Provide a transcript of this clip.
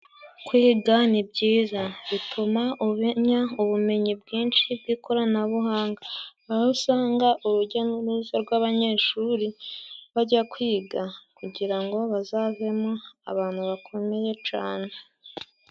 kwiga ni byiza bituma umenya ubumenyi bwinshi bw'ikoranabuhanga, aho usanga urujya n'uruza rw'abanyeshuri bajya kwiga kugira ngo bazavemo abantu bakomeye cane.